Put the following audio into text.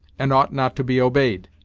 and ought not to be obeyed.